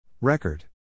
Record